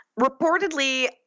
Reportedly